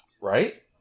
right